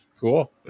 Cool